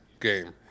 game